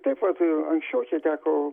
taip vat ir anksčiau čia teko